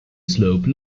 slope